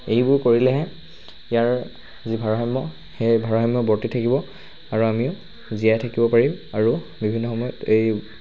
এইবোৰ কৰিলেহে ইয়াৰ যি ভাৰাসাম্য সেই ভাৰাসাম্য বৰ্তি থাকিব আৰু আমিও জীয়াই থাকিব পাৰিম আৰু বিভিন্ন সময়ত এই